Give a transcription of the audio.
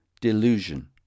delusion